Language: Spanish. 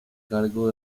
cargo